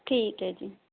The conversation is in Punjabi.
ਠੀਕ ਹੈ ਜੀ